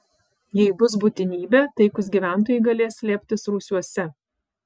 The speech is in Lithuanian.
jei bus būtinybė taikūs gyventojai galės slėptis rūsiuose